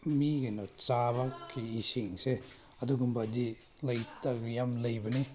ꯃꯤ ꯀꯩꯅꯣ ꯆꯥꯕꯒꯤ ꯏꯁꯤꯡꯁꯦ ꯑꯗꯨꯒꯨꯝꯕꯗꯤ ꯌꯥꯝ ꯂꯩꯕꯅꯤ